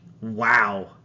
wow